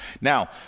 now